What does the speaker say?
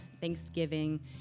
thanksgiving